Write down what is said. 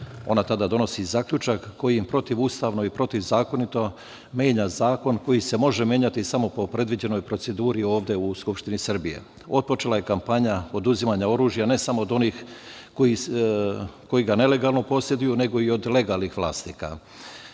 ona tada donosi zaključak kojim protivustavno i protivzakonito menja zakon koji se može menjati samo po predviđenoj proceduri ovde u Skupštini Srbije. Otpočela je kampanja oduzimanja oružja, ne samo od onih koji ga nelegalno poseduju, nego i od legalnih vlasnika. Kampanja